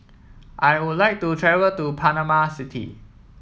I would like to travel to Panama City